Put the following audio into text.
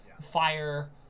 fire